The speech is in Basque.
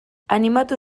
animatu